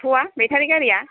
टट' आ बेटारि गारिया